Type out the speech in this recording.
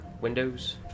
windows